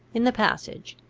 in the passage.